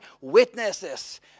witnesses